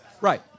Right